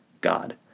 God